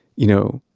you know,